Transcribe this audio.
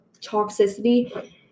toxicity